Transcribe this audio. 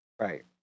Right